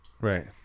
Right